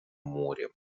морем